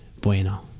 Bueno